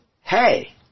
Hey